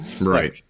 Right